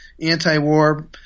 anti-war